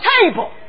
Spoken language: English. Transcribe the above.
table